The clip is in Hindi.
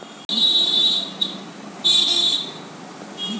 महिलाएं भी काफी अच्छी उद्योगपति साबित हुई हैं